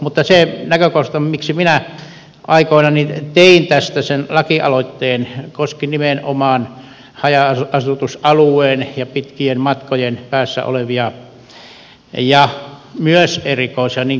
mutta se näkökohta miksi minä aikoinani tein tästä sen lakialoitteen koski nimenomaan haja asutusalueella ja pitkien matkojen päässä olevia ja myös erikoisia tapauksia